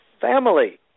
family